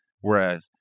whereas